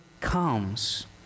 comes